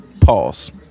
Pause